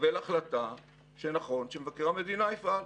לקבל החלטה שנכון שמבקר המדינה יפעל.